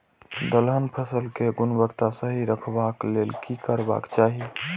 दलहन फसल केय गुणवत्ता सही रखवाक लेल की करबाक चाहि?